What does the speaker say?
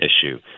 issue